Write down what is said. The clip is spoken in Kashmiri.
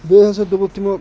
بیٚیہِ ہَسا دوٚپُکھ تِمو